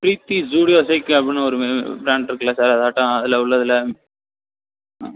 Preethi Zodiac அப்படினு ஒரு brand இருக்கில்ல சார் அதாட்டம் அதில் உள்ளதில் ஆ